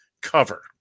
cover